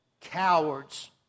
cowards